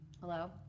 Hello